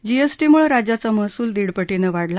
जीएसटीमुळे राज्याचा महसूल दीड पटीनं वाढला